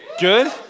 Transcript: Good